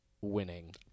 winning